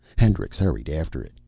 hendricks hurried after it.